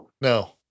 no